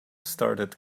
started